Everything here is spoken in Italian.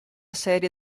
serie